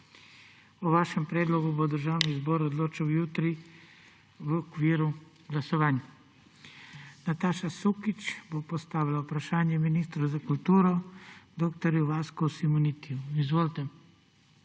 O vašem predlogu bo Državni zbor odločil juri v okviru glasovanj. Nataša Sukič bo postavila vprašanje ministru za kulturo dr. Vasku Simonitiju. Izvolite.